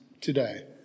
today